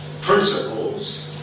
principles